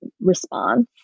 response